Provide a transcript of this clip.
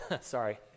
Sorry